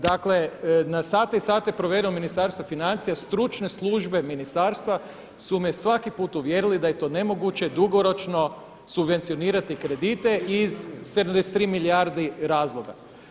Dakle na sate i sate provedene u Ministarstvu financija, stručne službe ministarstva su me svaki put uvjerile da je to nemoguće dugoročno subvencionirati kredite iz 73 milijardi razloga.